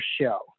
show